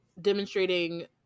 demonstrating